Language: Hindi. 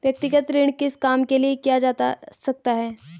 व्यक्तिगत ऋण किस काम के लिए किया जा सकता है?